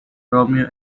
romeo